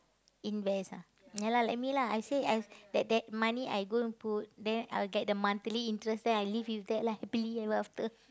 invest ah ya lah like me lah I say I that that money I gonna put then I'll get the monthly interest then I live with that lah happily ever after